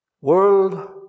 world